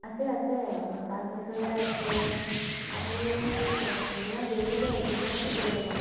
আছে আছে পাঁচবছৰীয়া আছে আপুনি যিমান দেৰি হ'লেও একেদিনাখনেই কৰি যাব